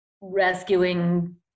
rescuing